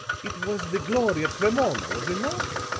it was the glory of cremona, was it not?